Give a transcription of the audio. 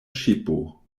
ŝipo